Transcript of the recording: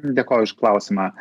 dėkoju už klausimą